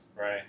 Right